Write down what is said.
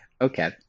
Okay